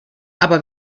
aber